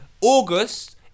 August